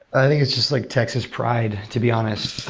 i think it's just like texas pride, to be honest.